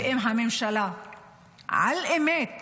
אם הממשלה באמת